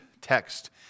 text